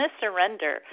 Surrender